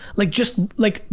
like just like,